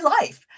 life